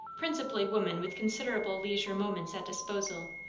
principally women with considerable leisure moments at disposal,